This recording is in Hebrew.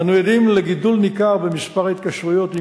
אנו עדים לגידול ניכר במספר ההתקשרויות עם